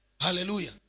Hallelujah